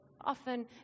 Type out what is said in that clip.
often